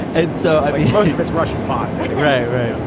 and so most of it's russian parts. and right right.